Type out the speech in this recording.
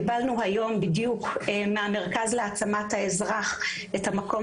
קיבלנו בדיוק היום מהמרכז להעצמת האזרח את המקום